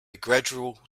gradual